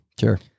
Sure